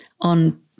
on